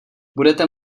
budete